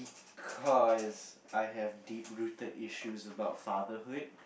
cause I have deep rooted issues about fatherhood